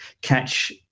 catch